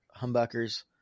humbuckers